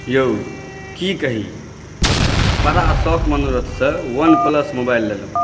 यौ की कही बड़ा सौख मनोरथसँ वन प्लस मोबाइल लेलहुँ